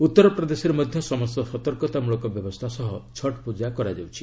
ଉତ୍ତର ପ୍ରଦେଶରେ ମଧ୍ୟ ସମସ୍ତ ସତର୍କତାମୂଳକ ବ୍ୟବସ୍ଥା ସହ ଛଟ୍ ପୂଜା କରାଯାଉଛି